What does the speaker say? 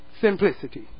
Simplicity